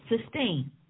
sustain